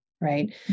right